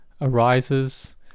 arises